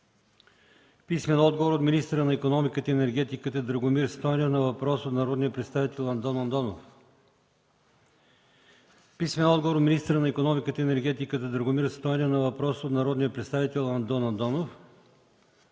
Нанков; - министъра на икономиката и енергетиката Драгомир Стойнев на въпрос от народния представител Андон Андонов; - министъра на икономиката и енергетиката Драгомир Стойнев на въпрос от народния представител Андон Андонов.